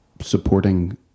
supporting